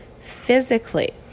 physically